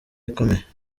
ikomeye